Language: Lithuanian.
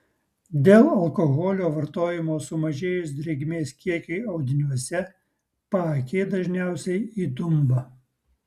dėl alkoholio vartojimo sumažėjus drėgmės kiekiui audiniuose paakiai dažniausiai įdumba